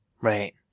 Right